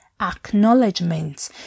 acknowledgement